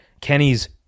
Kenny's